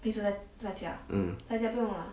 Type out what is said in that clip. mm